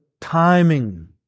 timing